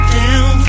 down